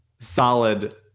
solid